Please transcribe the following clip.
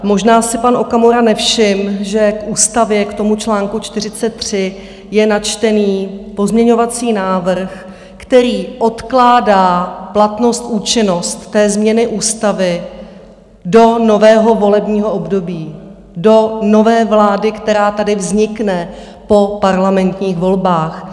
Možná si pan Okamura nevšiml, že k ústavě, k tomu čl. 43, je načtený pozměňovací návrh, který odkládá platnost, účinnost té změny ústavy do nového volebního období, do nové vlády, která tady vznikne po parlamentních volbách.